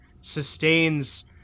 sustains